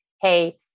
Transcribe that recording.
hey